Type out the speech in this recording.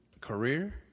career